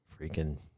freaking